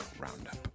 Roundup